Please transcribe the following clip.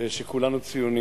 שכולנו ציונים